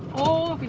oh,